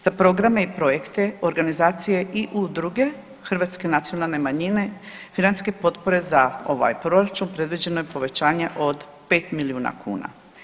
Za programe i projekte organizacije i udruge hrvatske nacionalne manjine financijske potpore za ovaj proračun predviđeno je povećanje od 5 milijuna kuna.